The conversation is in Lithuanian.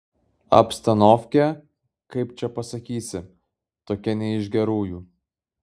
abstanovkė kaip čia pasakysi tokia ne iš gerųjų